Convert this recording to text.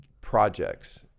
Projects